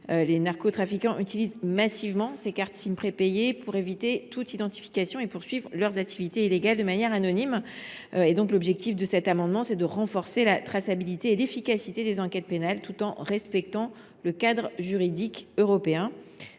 Les narcotrafiquants utilisent massivement des cartes SIM prépayées pour éviter toute identification et poursuivre leurs activités illégales de manière anonyme. Cet amendement vise donc à renforcer la traçabilité et l’efficacité des enquêtes pénales, tout en respectant le cadre juridique européen.